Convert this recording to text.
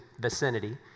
vicinity